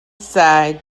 side